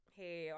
hey